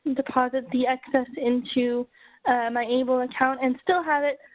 deposit the excess into my able account and still have it